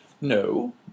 No